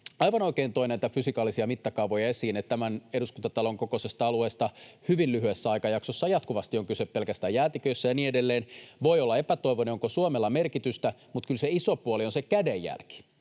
aivan oikein toi näitä fysikaalisia mittakaavoja esiin tämän Eduskuntatalon kokoisesta alueesta, että hyvin lyhyessä ajanjaksossa jatkuvasti on kyse pelkästään jäätiköistä ja niin edelleen. Voi olla epätoivoinen siitä, onko Suomella merkitystä, mutta kyllä se iso puoli on se kädenjälki.